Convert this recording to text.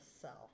self